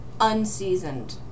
unseasoned